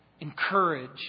Encourage